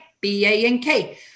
B-A-N-K